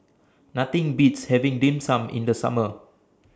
Nothing Beats having Dim Sum in The Summer